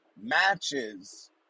matches